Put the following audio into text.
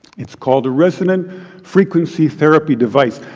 it's called resonant frequency therapy device,